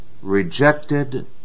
Rejected